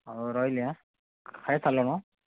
ହଉ ରହିଲି ଖାଇସାରିଲୁଣୁ